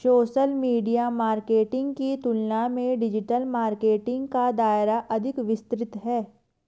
social media marketing की तुलना में डिजिटल मार्केटिंग का दायरा अधिक विस्तृत है